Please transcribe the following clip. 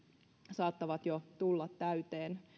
saattavat tulla täyteen